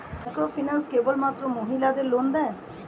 Microfinance কেবলমাত্র মহিলাদের loan দেয়?